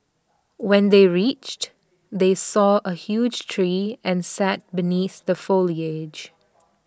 when they reached they saw A huge tree and sat beneath the foliage